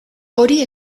hori